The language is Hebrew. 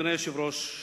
אדוני היושב-ראש,